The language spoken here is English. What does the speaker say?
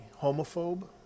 homophobe